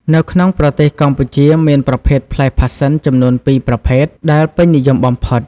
នៅក្នុងប្រទេសកម្ពុជាមានប្រភេទផ្លែផាសសិន ចំនួន ពីរប្រភេទ ដែលពេញនិយមបំផុត។